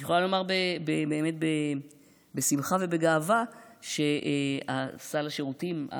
אני יכולה לומר בשמחה ובגאווה שסל השירותים,